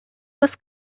was